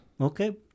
okay